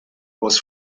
was